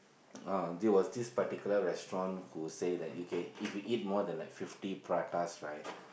uh there was this particular restaurant who say that you can if you eat more than like fifty pratas right